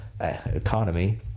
economy